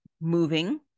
moving